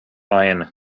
iron